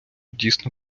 дійсно